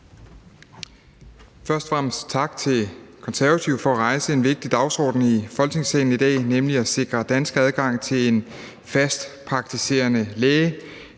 Først og fremmest tak til Konservative for at rejse en vigtig dagsorden i Folketingssalen i dag, nemlig at sikre danskere adgang til en fast praktiserende læge.